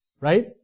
right